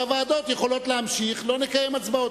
שהוועדות יכולות להמשיך ולדון ולא נקיים הצבעות.